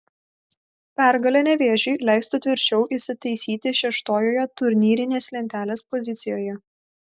pergalė nevėžiui leistų tvirčiau įsitaisyti šeštojoje turnyrinės lentelės pozicijoje